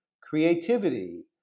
creativity